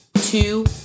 two